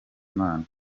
imana